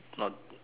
not